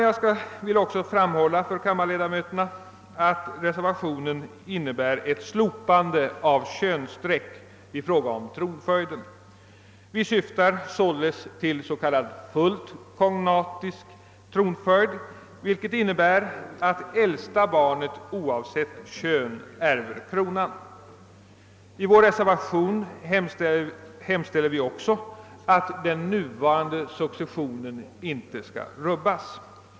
Jag vill också framhålla för kammarledamöterna att vår reservation innebär ett slopande av könsstrecket i fråga om tronföljden. Vi syftar således till s.k. fullt kognatisk tronföljd, vilket innebär att äldsta barnet oavsett kön ärver kronan. I reservationen hemställer vi emellertid att den nuvarande successionen inte skall brytas.